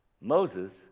Moses